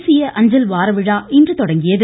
தேசிய அஞ்சல் வார விழா இன்று தொடங்கியது